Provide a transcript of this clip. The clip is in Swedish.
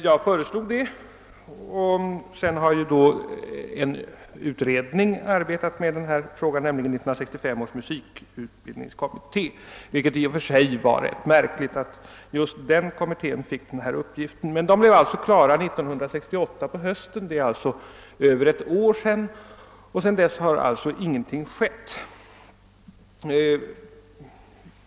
Jag föreslog också en del sådana. Sedan dess har en utredning arbetat med denna fråga. Uppdraget : gick till 1965 års musikutbildningskommitté, vilket i och för sig var ganska märkligt. Utredningen blev klar hösten 1968, alltså för över ett år sedan, och sedan dess har ingenting skett.